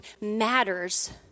matters